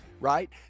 right